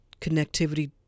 connectivity